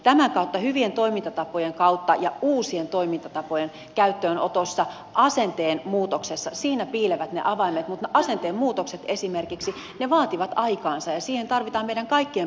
tämän kautta hyvien toimintatapojen kautta ja uusien toimintatapojen käyttöönotossa asenteen muutoksessa niissä piilevät ne avaimet mutta asenteen muutokset esimerkiksi ne vaativat aikansa ja siihen tarvitaan meidän kaikkien panostusta